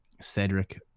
Cedric